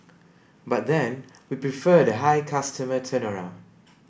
but then we prefer the high customer turnaround